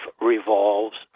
revolves